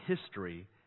history